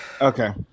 Okay